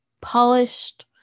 polished